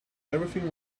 everything